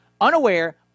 Unaware